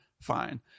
Fine